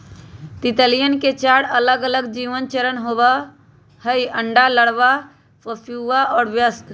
तितलियवन के चार अलगअलग जीवन चरण होबा हई अंडा, लार्वा, प्यूपा और वयस्क